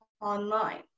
online